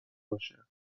باشه